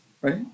right